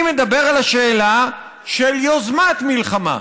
אני מדבר על שאלה של יוזמת מלחמה.